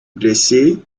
blessé